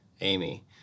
Amy